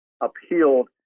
appealed